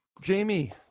Jamie